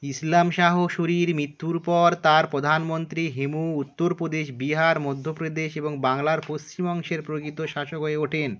ইসলাম শাহ সুরির মৃত্যুর পর তার প্রধানমন্ত্রী হিমু উত্তরপ্রদেশ বিহার মধ্য প্রদেশ এবং বাংলার পশ্চিম অংশের প্রকৃত শাসক হয়ে ওঠেন